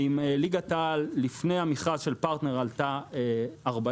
ואם ליגת העל לפני המכרז של פרטנר עלתה 40